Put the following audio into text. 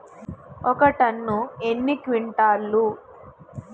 ఒక టన్ను ఎన్ని క్వింటాల్లు?